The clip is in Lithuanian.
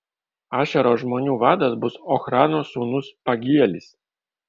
ašero žmonių vadas bus ochrano sūnus pagielis